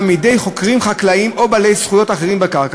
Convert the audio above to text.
מידי חוכרים חקלאיים או בעלי זכויות אחרים בקרקע,